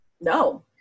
No